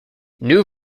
new